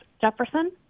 Jefferson